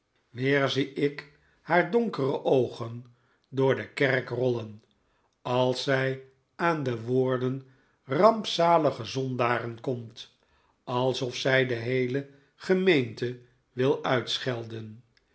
weer zie ik haar donkere oogen door de kerk rollen als zij aan de woorden rampzalige zondaren komt alsof zij de heele gemeente wilde uitschelden